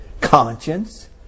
conscience